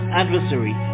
adversary